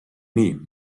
nii